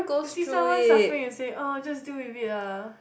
you see someone suffering you say orh just deal with lah